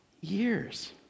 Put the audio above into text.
years